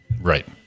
right